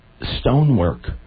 stonework